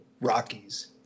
Rockies